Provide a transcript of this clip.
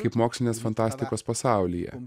kaip mokslinės fantastikos pasaulyje